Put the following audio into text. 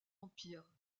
empire